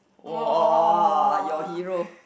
!woah! your hero